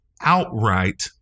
outright